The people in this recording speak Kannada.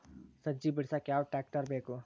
ಸಜ್ಜಿ ಬಿಡಸಕ ಯಾವ್ ಟ್ರ್ಯಾಕ್ಟರ್ ಬೇಕು?